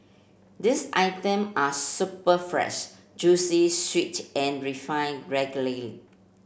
these item are superb fresh juicy sweet and refined regularly